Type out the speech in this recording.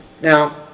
Now